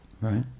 right